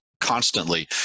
constantly